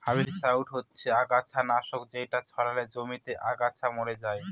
herbicide হচ্ছে আগাছা নাশক যেটা ছড়ালে জমিতে আগাছা মরে যায়